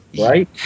right